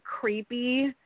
creepy